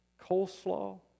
coleslaw